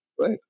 Right